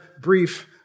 brief